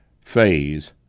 phase